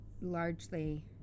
largely